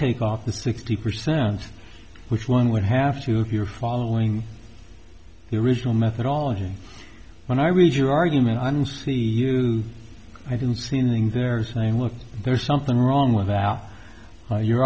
take off the sixty percent which one would have to if you're following the original methodology when i read your argument i don't see you i didn't see anything there saying look there's something wrong with that you're